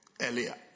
earlier